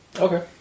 Okay